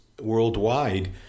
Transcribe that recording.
worldwide